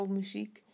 muziek